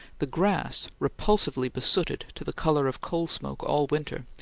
the grass, repulsively besooted to the colour of coal-smoke all winter,